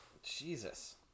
Jesus